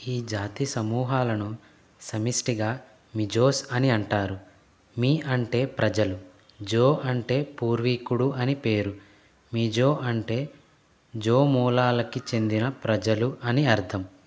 ఈ జాతి సమూహాలను సమిష్టిగా మిజోస్ అని అంటారు మి అంటే ప్రజలు జో అంటే పూర్వీకుడు అని పేరు మిజో అంటే జో మూలాలకి చెందిన ప్రజలు అని అర్థం